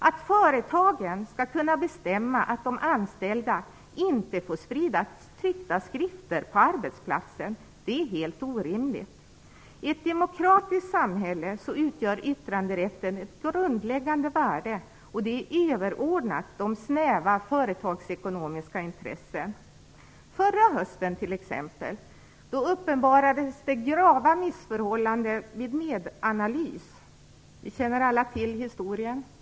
Att företagen skall kunna bestämma att de anställda inte får sprida tryckta skrifter på arbetsplatsen är helt orimligt. I ett demokratiskt samhälle utgör yttranderätten ett grundläggande värde. Det är överordnat snäva företagsekonomiska intressen. Förra hösten uppenbarade sig t.ex. grava missförhållanden i företaget Medanalys. Vi känner alla till historien.